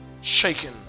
shaken